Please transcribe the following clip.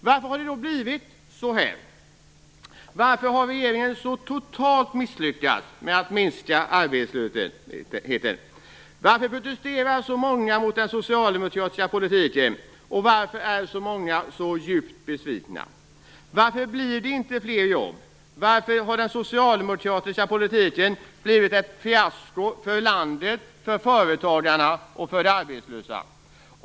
Varför har det blivit så här? Varför har regeringen så totalt misslyckats med att minska arbetslösheten? Varför protesterar så många mot den socialdemokratiska politiken, och varför är så många djupt besvikna? Varför blir det inte fler jobb? Varför har den socialdemokratiska politiken blivit ett fiasko för landet, för företagarna och för de arbetslösa?